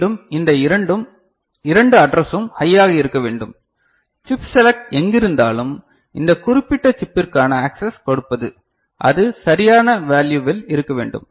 மீண்டும் இந்த இரண்டு அட்ரஸும் ஹையாக இருக்க வேண்டும் சிப் செலக்ட் எங்கிருந்தாலும் இந்த குறிப்பிட்ட சிப்பிற்கான ஆக்ஸஸ் கொடுப்பது அது சரியான வேல்யுவில் இருக்க வேண்டும்